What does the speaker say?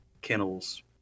kennels